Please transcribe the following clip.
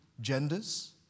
genders